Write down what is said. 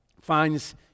finds